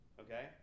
Okay